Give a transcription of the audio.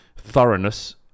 thoroughness